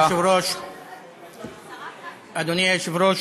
אדוני היושב-ראש,